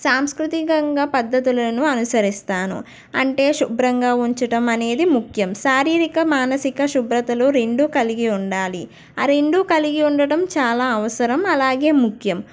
సాంస్కృతికంగా పద్దతులను అనుసరిస్తాను అంటే శుభ్రంగా ఉంచడం అనేది ముఖ్యం శారీరిక మానసిక శుభ్రతలు రెండు కలిగి ఉండాలి ఆ రెండు కలిగి ఉండటం చాలా అవసరం అలాగే ముఖ్యం